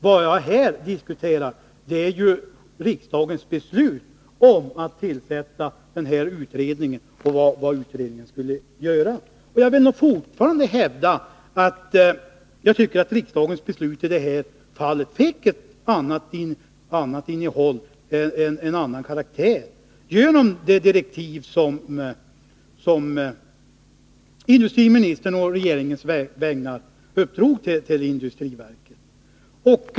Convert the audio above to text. Det jag diskuterar är riksdagens beslut att tillsätta utredningen och vad utredningen skulle göra. Jag vill fortfarande hävda att riksdagens beslut i det här fallet fick ett annat innehåll, en annan karaktär, genom de direktiv som industriministern å regeringens vägnar gav industriverket.